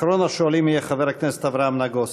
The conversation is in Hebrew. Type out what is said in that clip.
אחרון השואלים יהיה חבר הכנסת אברהם נגוסה.